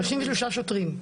33 שוטרים.